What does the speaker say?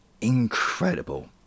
incredible